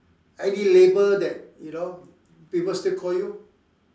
any label that you know people still call you